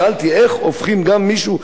שאלתי איך הופכים גם מישהו,